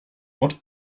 what